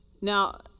Now